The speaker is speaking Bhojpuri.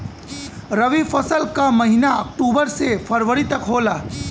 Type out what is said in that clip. रवी फसल क महिना अक्टूबर से फरवरी तक होला